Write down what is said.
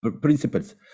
principles